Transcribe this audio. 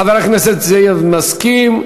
חבר הכנסת זאב מסכים,